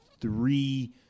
three